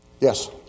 Yes